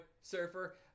surfer